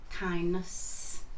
Kindness